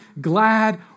glad